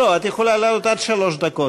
עד שלוש דקות